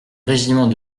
régiment